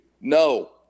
No